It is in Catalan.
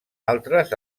altres